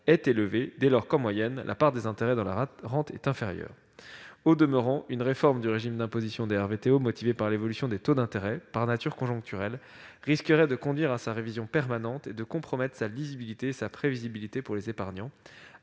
est élevée, dès lors que, en moyenne, la part des intérêts dans la rente est inférieure. Au demeurant, une réforme du régime d'imposition des RVTO motivée par l'évolution des taux d'intérêt, par nature conjoncturelle, risquerait de conduire à sa révision permanente et de compromettre sa lisibilité et sa prévisibilité pour les épargnants,